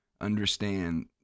understand